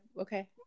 Okay